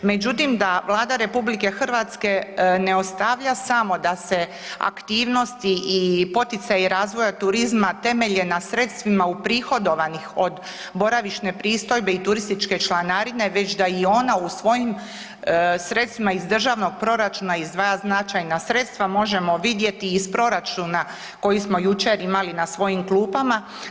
Međutim, da Vlada RH ne ostavlja samo da se aktivnosti i poticaji razvoja turizma temelje na sredstvima uprihodovanih od boravišne pristojbe i turističke članarine već da i ona u svojim sredstvima iz državnog proračuna izdvaja značajna sredstva možemo vidjeti iz proračuna koji smo jučer imali na svojim klupama.